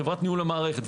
חברת ניהול המערכת,